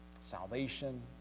salvation